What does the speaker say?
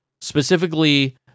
Specifically